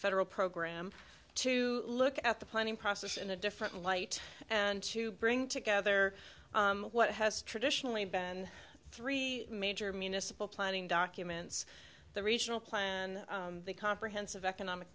federal program to look at the planning process in a different light and to bring together what has traditionally been three major municipal planning documents the regional plan the comprehensive economic